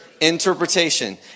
interpretation